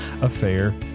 Affair